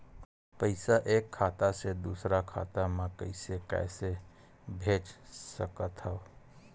पईसा एक खाता से दुसर खाता मा कइसे कैसे भेज सकथव?